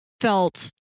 felt